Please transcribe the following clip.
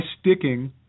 sticking